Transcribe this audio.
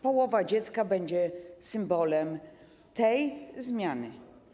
Połowa dziecka będzie symbolem tej zmiany.